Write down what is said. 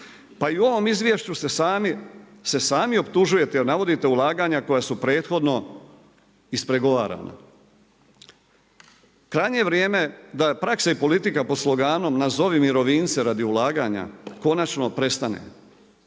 Pa i u ovom izvješću se sami optužujete jer navodite ulaganja koja su prethodno ispregovarana. Krajnje je vrijeme da praksa i politika po sloganom nazovi mirovinske radi ulaganja konačno prestane.